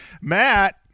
matt